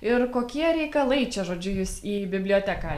ir kokie reikalai čia žodžiu jus į biblioteką